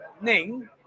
Ning